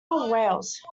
wales